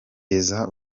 kugeza